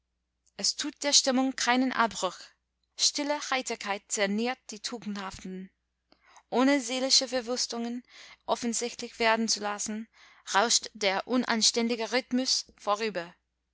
es tut der stimmung keinen abbruch stille heiterkeit zerniert die tugendhaften ohne seelische verwüstungen offensichtlich werden zu lassen rauscht der unanständige rhythmus vorüber